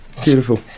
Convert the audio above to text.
Beautiful